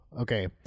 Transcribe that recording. okay